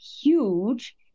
huge